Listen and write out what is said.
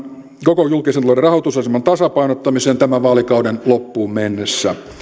koko julkisen talouden rahoitusaseman tasapainottamiseen tämän vaalikauden loppuun menneessä